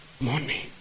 money